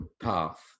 path